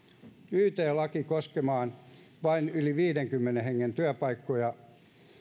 yt laki koskemaan vain yli viidenkymmenen hengen työpaikkoja